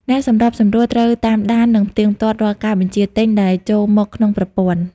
អ្នកសម្របសម្រួលត្រូវតាមដាន និងផ្ទៀងផ្ទាត់រាល់ការបញ្ជាទិញដែលចូលមកក្នុងប្រព័ន្ធ។